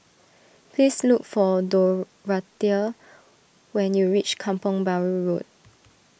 please look for Dorathea when you reach Kampong Bahru Road